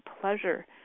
pleasure